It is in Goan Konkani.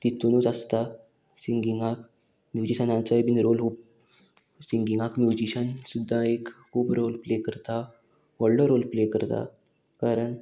तितुनूच आसता सिंगिंगाक म्युजिशनाचोय बीन रोल खूब सिंगिंगाक म्युजिशन सुद्दां एक खूब रोल प्ले करता व्हडलो रोल प्ले करता कारण